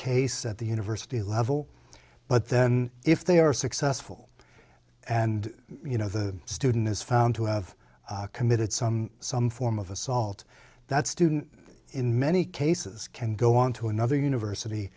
case at the university level but then if they are successful and you know the student is found to have committed some some form of assault that student in many cases can go on to another university